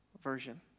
version